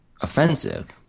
offensive